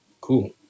Cool